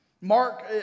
Mark